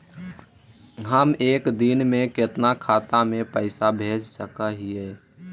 हम एक दिन में कितना खाता में पैसा भेज सक हिय?